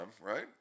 right